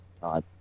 God